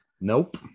nope